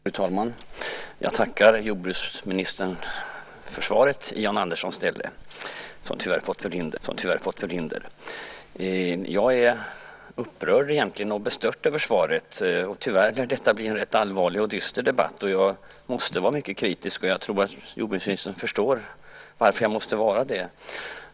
Fru talman! Jag tackar jordbruksministern för svaret på den fråga som Jan Andersson ställt. Han har tyvärr fått förhinder. Egentligen är jag både upprörd och bestört över svaret, och tyvärr lär detta bli en rätt allvarlig och dyster debatt. Jag måste vara mycket kritisk, och jag tror att jordbruksministern förstår varför jag måste vara det.